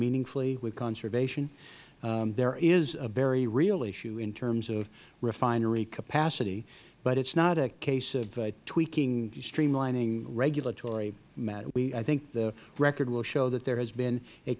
meaningfully with conservation there is a very real issue in terms of refinery capacity but it is not a case of tweaking streamlining regulatory matter i think the record will show that there has been a